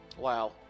Wow